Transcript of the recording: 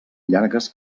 llargues